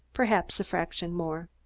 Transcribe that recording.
perhaps a fraction more.